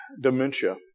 dementia